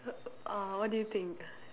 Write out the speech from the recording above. uh what do you think